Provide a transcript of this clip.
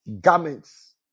Garments